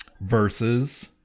versus